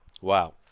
Wow